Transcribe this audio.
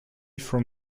from